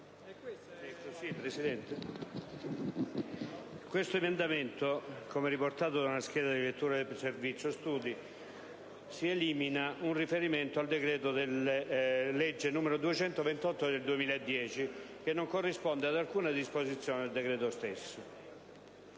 l'emendamento 6.5, come riportato dalla scheda di lettura del Servizio studi, elimina un riferimento al decreto-legge n. 228 del 2010 che non corrisponde ad alcuna disposizione del decreto stesso.